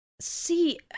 See